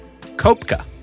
Kopka